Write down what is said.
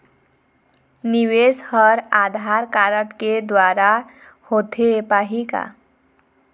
निवेश हर आधार कारड के द्वारा होथे पाही का?